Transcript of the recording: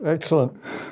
Excellent